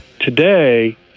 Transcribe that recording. today